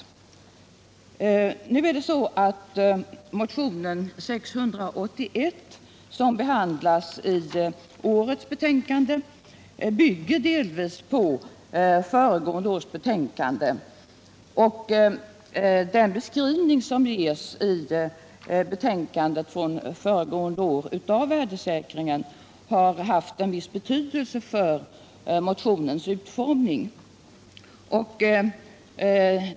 Men nu är det så att motionen 681, som behandlas i årets utskottsbetänkande, delvis bygger på föregående års betänkande, och den beskrivning av värdesäkringen som görs i förra årets betänkande har haft viss betydelse för motionens utformning.